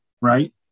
right